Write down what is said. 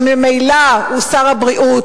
שממילא הוא שר הבריאות,